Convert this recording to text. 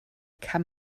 kann